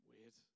Weird